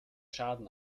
schaden